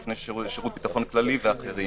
בפני שירות ביטחון כללי ואחרים.